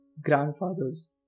grandfathers